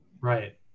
Right